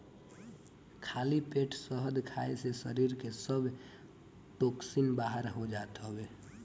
खाली पेट शहद खाए से शरीर के सब टोक्सिन बाहर हो जात हवे